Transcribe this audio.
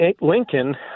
Lincoln